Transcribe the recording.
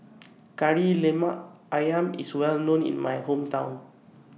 Kari Lemak Ayam IS Well known in My Hometown